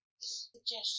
Suggestion